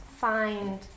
find